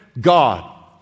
God